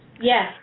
Yes